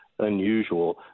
Unusual